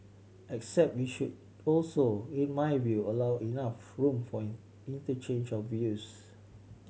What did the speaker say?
except we should also in my view allow enough room for interchange of views